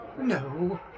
No